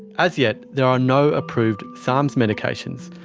as yet there are no approved sarms medications.